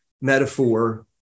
metaphor